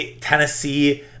Tennessee